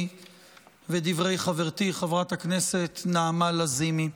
ואת דברי חברתי חברת הכנסת נעמה לזימי.